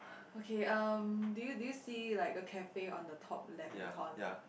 okay um do you do you see like a cafe on the top left hand corner